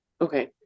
Okay